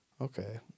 okay